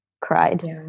cried